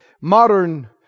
modern